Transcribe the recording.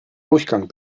durchgang